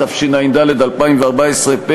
התשע"ד 2014,